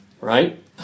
right